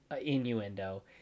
innuendo